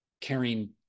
carrying